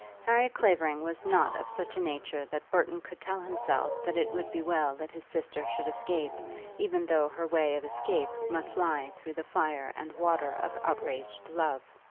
harry clavering was not of such a nature that burton could tell himself that it would be well that his sister should escape even though her way of escape must lie through the fire and water of outraged love.